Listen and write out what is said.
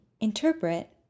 interpret